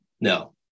No